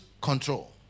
control